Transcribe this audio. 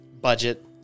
budget